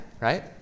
right